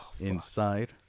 inside